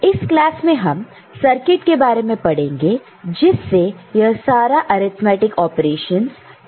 इस क्लास में हम सर्किट के बारे में पड़ेंगे जिससे यह सारे अर्थमैटिक ऑपरेशनस कर सकते हैं